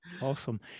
Awesome